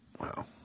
Wow